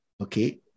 okay